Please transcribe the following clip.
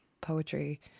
poetry